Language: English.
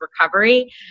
recovery